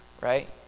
right